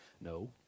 No